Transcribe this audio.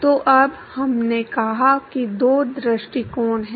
तो अब हमने कहा कि दो दृष्टिकोण हैं